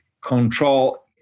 control